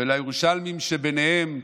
לירושלמים שבינינו,